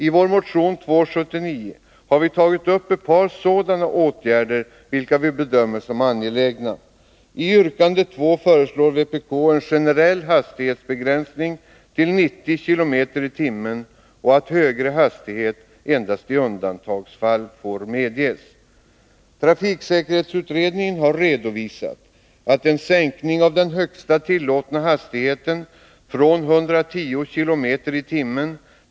I vår motion 279 har vi tagit upp ett par sådana åtgärder, vilka vi bedömer som angelägna. I yrkande 2 föreslår vpk en generell hastighetsbegränsning till 90 km tim.